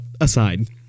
aside